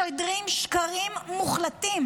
משדרים שקרים מוחלטים,